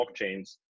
blockchains